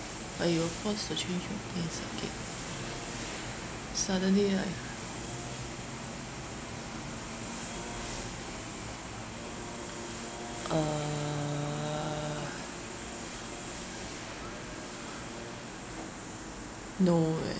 where you were forced to change your plans ah K suddenly like err no eh